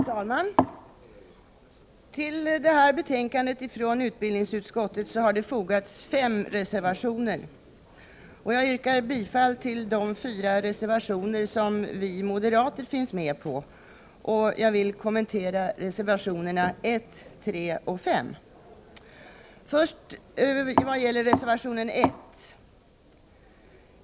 Fru talman! Till detta betänkande från utbildningsutskottet har fogats fem reservationer. Jag yrkar bifall till de fyra reservationer där vi moderater finns med som undertecknare. Jag vill kommentera reservationerna 1, 3 och 5, och jag börjar med reservation 1.